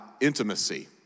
intimacy